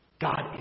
God